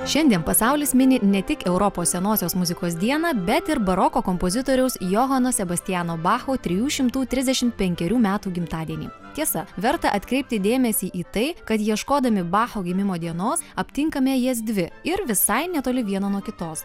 šiandien pasaulis mini ne tik europos senosios muzikos dieną bet ir baroko kompozitoriaus johano sebastiano bacho trijų šimtų trisdešimt penkerių metų gimtadienį tiesa verta atkreipti dėmesį į tai kad ieškodami bacho gimimo dienos aptinkame jas dvi ir visai netoli viena nuo kitos